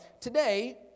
today